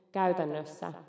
käytännössä